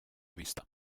vista